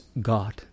God